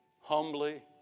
Humbly